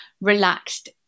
relaxed